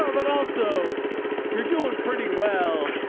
ah but also you're doing pretty well.